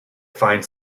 find